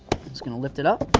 just going to lift it up,